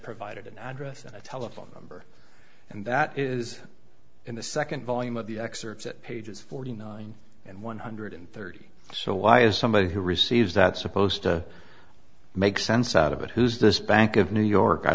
provided an address and telephone number and that is in the second volume of the excerpts at pages forty nine and one hundred thirty so why is somebody who receives that supposed to make sense out of it who's this bank of new york i